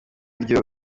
iryo